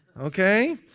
okay